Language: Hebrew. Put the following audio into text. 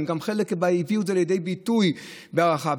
חלק גם הביאו את זה לידי ביטוי בהערכה,